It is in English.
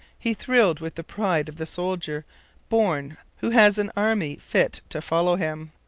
he thrilled with the pride of the soldier born who has an army fit to follow him.